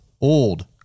old